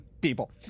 people